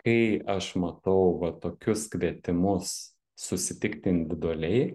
kai aš matau va tokius kvietimus susitikti individualiai